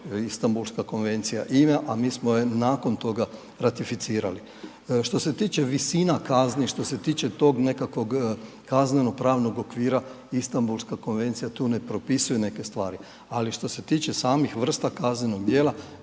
Istambulska konvencija ima, a mi smo je nakon toga ratificirali. Što se tiče visina kazni, što se tiče tog nekakvog kaznenopravnog okvira Istambulska konvencija tu ne propisuje neke stvari, ali što se tiče samih vrsta kaznenog djela